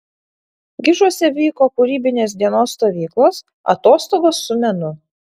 gižuose vyko kūrybinės dienos stovyklos atostogos su menu